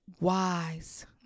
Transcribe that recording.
wise